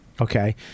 okay